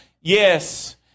Yes